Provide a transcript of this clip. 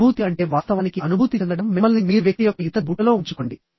సానుభూతి అంటే వాస్తవానికి అనుభూతి చెందడం మిమ్మల్ని మీరు వ్యక్తి యొక్క ఇతర బూట్లలో ఉంచుకోండి